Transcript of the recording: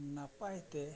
ᱱᱟᱯᱟᱭ ᱛᱮ